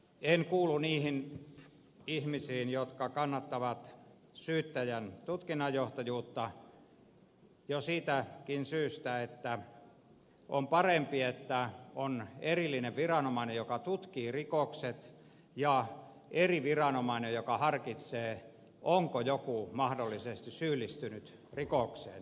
en kuulu niihin ihmisiin jotka kannattavat syyttäjän tutkinnanjohtajuutta jo siitäkään syystä että on parempi että on erillinen viranomainen joka tutkii rikokset ja eri viranomainen joka harkitsee onko joku mahdollisesti syyllistynyt rikokseen